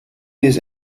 his